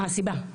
מה הסיבה?